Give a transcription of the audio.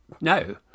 No